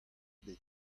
bet